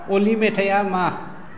अलि मेथाया मा